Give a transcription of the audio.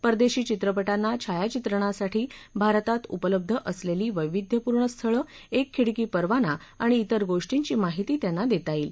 परदेशी चित्रपटांना छायावित्रणासाठी भारतात उपलब्ध असलेली वैविध्यपूर्ण स्थळं एक खिडकी परवाना आणि तिर गोष्टींची माहिती त्यांना देता येईल